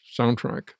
soundtrack